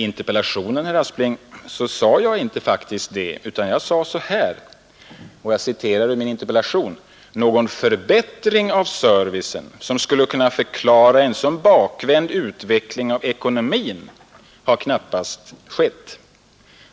Det var inte vad jag anförde i min interpellation. Jag framhöll: ”Någon förbättring av servicen ——— som skulle kunna förklara en sådan bakvänd utveckling” — av ekonomin —” har knappast skett”.